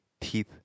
teeth